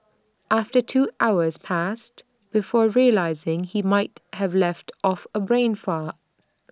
after two hours passed before realising he might have left off A brain fart